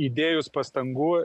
įdėjus pastangų